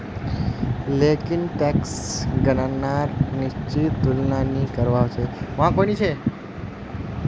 लेकिन टैक्सक गणनार निश्चित तुलना नी करवा सक छी